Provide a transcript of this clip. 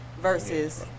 versus